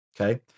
okay